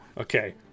okay